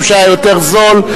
משום שהיה יותר זול,